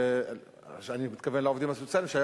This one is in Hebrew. אני מתכוון לעובדים הסוציאליים שהיה